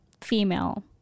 female